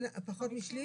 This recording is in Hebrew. פחות משליש